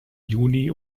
juni